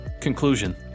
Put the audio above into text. conclusion